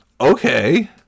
okay